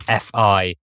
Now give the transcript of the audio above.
FI